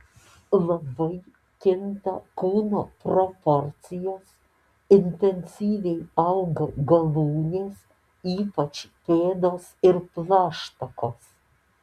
labai kinta kūno proporcijos intensyviai auga galūnės ypač pėdos ir plaštakos